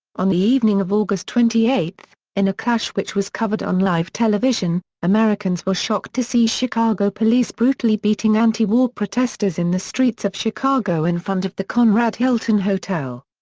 on the evening of august twenty eight, in a clash which was covered on live television, americans were shocked to see chicago police brutally beating anti-war protesters in the streets of chicago in front of the conrad hilton hotel.